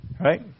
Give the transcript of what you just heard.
Right